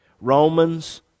Romans